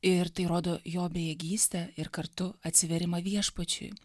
ir tai rodo jo bejėgystę ir kartu atsivėrimą viešpačiui